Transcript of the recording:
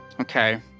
Okay